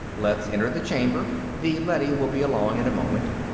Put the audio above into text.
let's enter the chamber. the leady will be along in a moment.